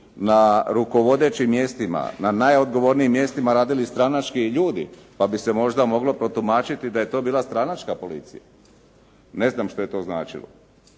na rukovodećim mjestima, na najodgovornijim mjestima radili stranački ljudi, pa bi se možda moglo protumačiti da je to bila stranačka policija. Ne znam što je to značilo.